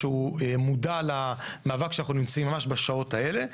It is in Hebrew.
שמודע למאבק שאנחנו נמצאים בו ממש בשעות האלה.